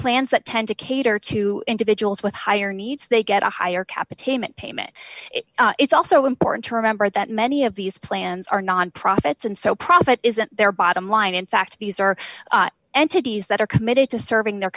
plans that tend to cater to individuals with higher needs they get a higher capitaine payment it's also important to remember that many of these plans are nonprofits and so profit isn't their bottom line in fact these are entities that are committed to serving their